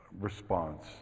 response